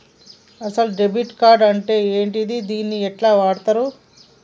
అసలు debit card అంటే ఏంటిది? దీన్ని ఎట్ల వాడుతరు?